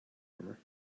farmer